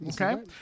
Okay